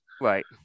Right